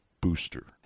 booster